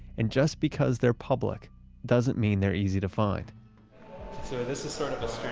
and just because they're public doesn't mean they're easy to find so this is sort of